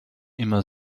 immer